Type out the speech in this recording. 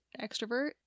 extrovert